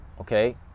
okay